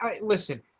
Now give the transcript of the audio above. listen